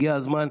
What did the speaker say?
הגיע הזמן,